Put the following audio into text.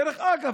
דרך אגב,